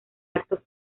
acto